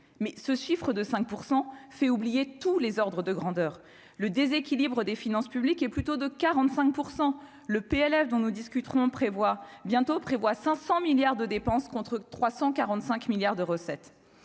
mais ce chiffre de 5 pour fait oublier tous les ordres de grandeur le déséquilibre des finances publiques est plutôt de 45 % le PLF dont nous discuterons prévoit bientôt prévoit 500 milliards de dépenses, contre 345 milliards de recettes,